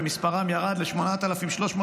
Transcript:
ומספרם ירד ל-8,373,